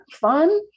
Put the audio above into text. fun